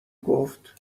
گفت